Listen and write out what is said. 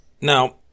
Now